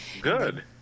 Good